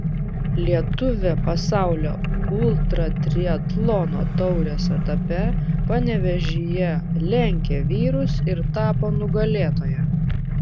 lietuvė pasaulio ultratriatlono taurės etape panevėžyje lenkė vyrus ir tapo nugalėtoja